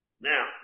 now